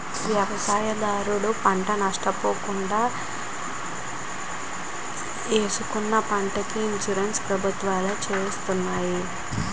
వ్యవసాయదారుడు పంట నష్ట పోకుండా ఏసుకున్న పంటకి ఇన్సూరెన్స్ ప్రభుత్వాలే చేస్తున్నాయి